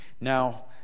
Now